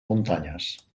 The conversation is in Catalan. muntanyes